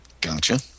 Gotcha